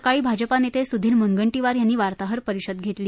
तत्पूर्वी सकाळी भाजपानेते सुधीर मुनगंटीवार यांनी वार्ताहर परिषद घेतली